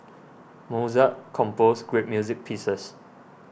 Mozart composed great music pieces